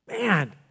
man